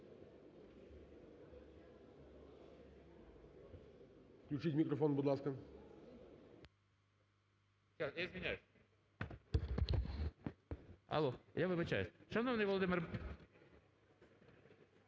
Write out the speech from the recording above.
Включіть мікрофон, будь ласка.